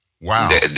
Wow